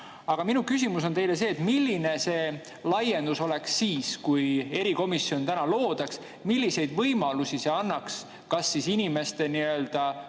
Aga minu küsimus teile on see: milline see laiendus siis oleks, kui erikomisjon täna loodaks? Milliseid võimalusi see annaks kas inimeste nii-öelda